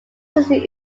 city